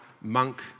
monk